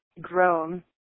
grown